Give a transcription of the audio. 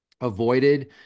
avoided